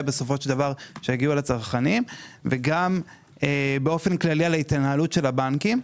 בסופו של דבר שיגיעו לצרכנים וגם באופן כללי על התנהלות הבנקים.